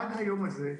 עד היום הזה,